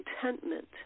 contentment